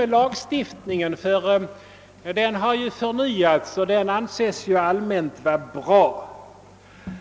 Det gäller dock inte beträffande lagstiftningen som ju har förnyats och allmänt anses vara bra,